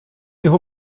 його